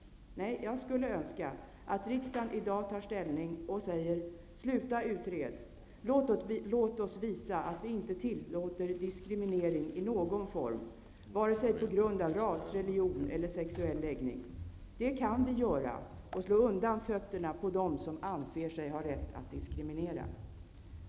Nej, jag skulle önska att riksdagen i dag tar ställning och säger: Sluta utreda! Låt oss visa att vi inte tillåter diskriminering i någon form på grund av ras, religion eller sexuell läggning. Det kan vi göra och slå undan fötterna för dem som anser sig ha rätt att diskriminera.